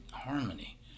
Harmony